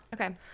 Okay